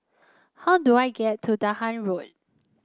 how do I get to Dahan Road